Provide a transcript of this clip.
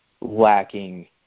lacking